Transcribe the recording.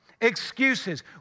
Excuses